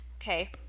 okay